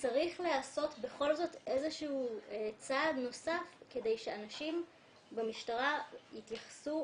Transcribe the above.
צריך לעשות בכל זאת איזשהו צעד נוסף כדי שאנשים במשטרה יתייחסו